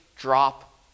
drop